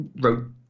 wrote